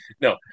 no